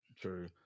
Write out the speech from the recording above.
True